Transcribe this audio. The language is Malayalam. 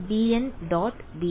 വിദ്യാർത്ഥി bn